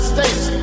States